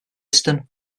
system